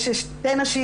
יש שתי נשים.